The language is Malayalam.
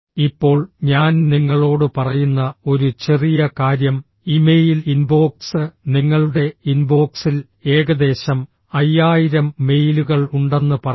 ഇപ്പോൾ ഞാൻ നിങ്ങളോട് പറയുന്ന ഒരു ചെറിയ കാര്യം ഇമെയിൽ ഇൻബോക്സ് നിങ്ങളുടെ ഇൻബോക്സിൽ ഏകദേശം 5000 മെയിലുകൾ ഉണ്ടെന്ന് പറയാം